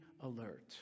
alert